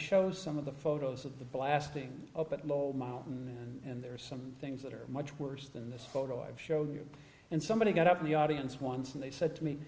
show some of the photos of the blasting up at low mountain and there are some things that are much worse than this photo i've showed you and somebody got up in the audience once and they said to me